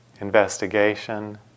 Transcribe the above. Investigation